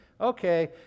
okay